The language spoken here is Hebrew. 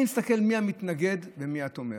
אני מסתכל מי המתנגד ומי התומך.